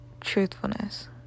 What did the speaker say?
truthfulness